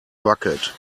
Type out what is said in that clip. bucket